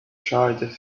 charred